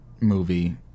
movie